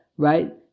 right